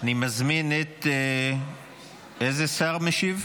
אני מזמין את, איזה שר משיב?